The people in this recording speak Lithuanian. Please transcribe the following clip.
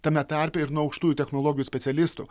tame tarpe ir nuo aukštųjų technologijų specialistų